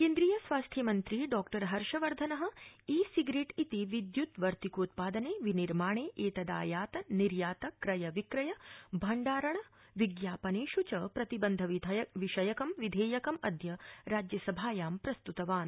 केन्द्रीय स्वास्थ्यमन्त्री Dr Harshvardhan e cigarette इति विद्युत्वर्तिको त्पादने विनिर्माणे एतदा यात निर्यात क्रय विक्रय भण्डारण विज्ञापनेष च प्रतिबन्ध विषयकं विधेयकमद्य राज्यसभायां प्रस्तुतवान